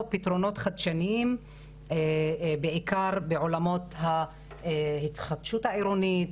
פתרונות חדשניים בעיקר בעולמות ההתחדשות העירונית,